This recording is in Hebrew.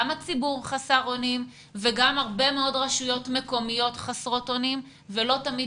גם הציבור חסר אונים וגם הרבה מאוד רשויות מקומיות חסרות אונים ולא תמיד